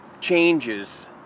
changes